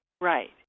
right